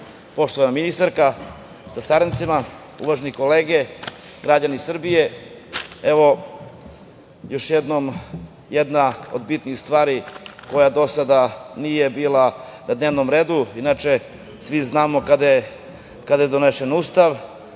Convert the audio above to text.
ministarko sa saradnicima, uvažene kolege, građani Srbije, evo još jednom jedna od bitnih stvari koja do sada nije bila na dnevnom redu. Inače, svi znamo kada je donesen Ustav,